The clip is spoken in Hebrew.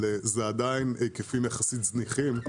זה עדיין בהיקפים זניחים יחסית,